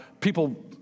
people